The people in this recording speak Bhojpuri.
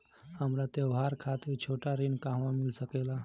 हमरा त्योहार खातिर छोटा ऋण कहवा मिल सकेला?